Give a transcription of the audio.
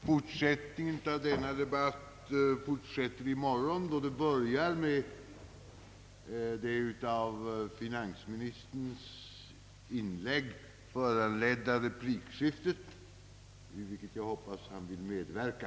Medgiver kammaren att denna debatt avbrytes och fortsättes i morgon att då börja med det av fininsministerns inlägg föranledda replikskiftet, i vilket jag hoppas att han vill medverka!